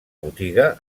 botiga